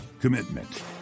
commitment